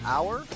Hour